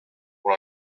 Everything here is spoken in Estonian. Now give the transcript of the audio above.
mul